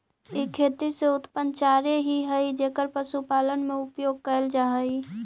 ई खेती से उत्पन्न चारे ही हई जेकर पशुपालन में उपयोग कैल जा हई